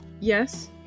Yes